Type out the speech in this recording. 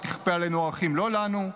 ותכפה עלינו ערכים לא לנו,